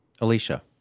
Alicia